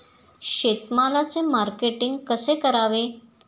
शेतमालाचे मार्केटिंग कसे करावे?